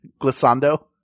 Glissando